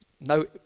no